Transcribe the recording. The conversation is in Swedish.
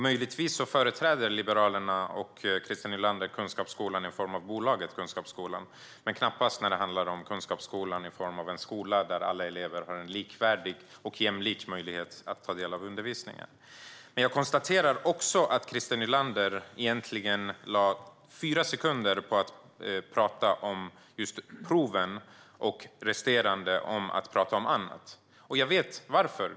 Möjligtvis företräder Liberalerna och Christer Nylander kunskapsskolan i form av bolaget Kunskapsskolan men knappast när det handlar om kunskapsskolan i form av en skola där alla elever har en likvärdig och jämlik möjlighet att ta del av undervisningen. Jag konstaterar också att Christer Nylander använde fyra sekunder till att tala om just proven och resterande tid till att tala om annat, och jag vet varför.